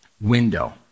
window